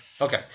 Okay